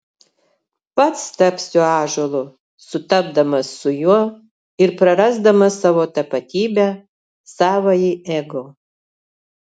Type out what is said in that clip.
pats tapsiu ąžuolu sutapdamas su juo ir prarasdamas savo tapatybę savąjį ego